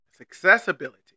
Accessibility